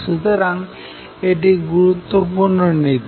সুতরাং এটি একটি গুরুত্বপূর্ণ নীতি